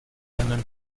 einen